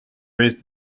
raise